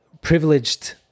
privileged